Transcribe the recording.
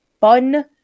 fun